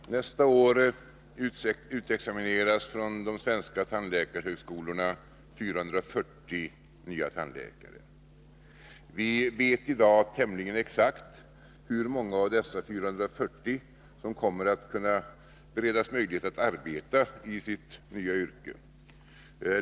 Fru talman! Nästa år utexamineras från de svenska tandläkarhögskolorna 440 nya tandläkare. Vi vet i dag tämligen exakt hur många av dem som kommer att kunna beredas möjlighet att arbeta i sitt nya yrke.